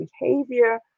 behavior